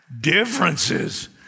differences